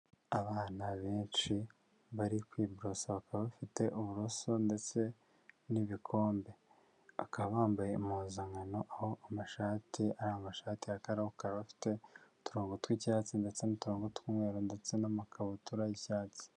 Abana benshi bari kwiborosa, bakaba bafite uburoso ndetse n'ibikombe, bakaba bambaye impuzankano aho amashati ari amashati ya karokaro afite uturongo tw'icyatsi ndetse n'uturongo tw'umweru ndetse n'amakabutura y'icyatsi.